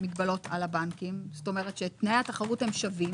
מגבלות על הבנקים, כלומר שתנאי התחרות הם שווים?